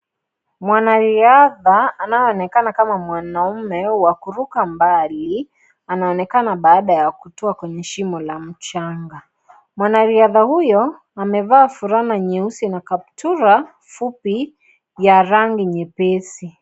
Mwanariadha anayeonekana kama mwanaume wa kuruka mbalimbali, anaoneka baada ya kutoka kwenye shimo la mchanga. Mwanariadha huyo, amevaa fulana nyeusi na kaptula fupi ya rangi nyepesi.